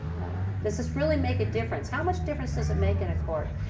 does this really make a difference? how much difference does it make in a court?